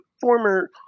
former